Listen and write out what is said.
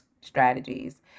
strategies